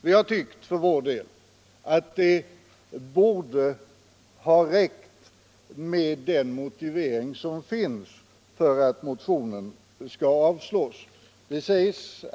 Vi anser för vår del att det borde ha räckt med den motivering som finns för att motionen skall avstyrkas.